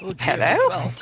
hello